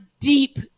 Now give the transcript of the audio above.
deep